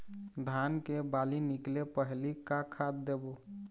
धान के बाली निकले पहली का खाद देबो?